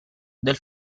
del